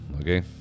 okay